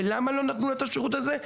למה לא נתנו לה את השירות הזה?